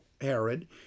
Herod